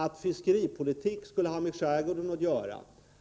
Att fiskeripolitik skulle ha med skärgården att göra,